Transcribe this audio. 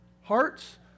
hearts